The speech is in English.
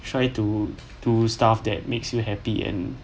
try to do stuff that make you happy and